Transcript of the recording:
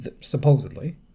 supposedly